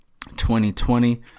2020